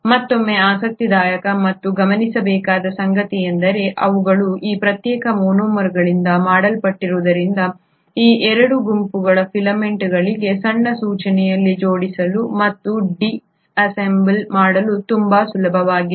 ಮತ್ತೊಮ್ಮೆ ಆಸಕ್ತಿದಾಯಕ ಮತ್ತು ಗಮನಿಸಬೇಕಾದ ಸಂಗತಿಯೆಂದರೆ ಅವುಗಳು ಈ ಪ್ರತ್ಯೇಕ ಮೊನೊಮರ್ಗಳಿಂದ ಮಾಡಲ್ಪಟ್ಟಿರುವುದರಿಂದ ಈ 2 ಗುಂಪುಗಳ ಫಿಲಮೆಂಟ್ಗಳಿಗೆ ಸಣ್ಣ ಸೂಚನೆಯಲ್ಲಿ ಜೋಡಿಸಲು ಮತ್ತು ಡಿಸ್ಅಸೆಂಬಲ್ ಮಾಡಲು ತುಂಬಾ ಸುಲಭವಾಗಿದೆ